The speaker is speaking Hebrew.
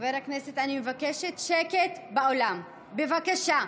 חברי הכנסת, אני מבקשת שקט באולם, בבקשה.